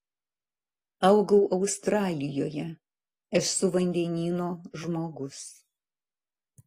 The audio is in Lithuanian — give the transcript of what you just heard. augau australijoje esu vandenyno žmogus